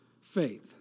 faith